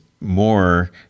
more